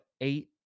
eight